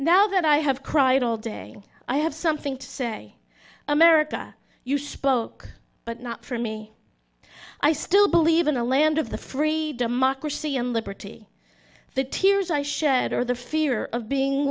now that i have cried all day i have something to say america you spoke but not for me i still believe in a land of the free democracy and liberty the tears i shed or the fear of being